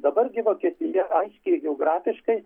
dabar gi vokietija aiškiai geografiškai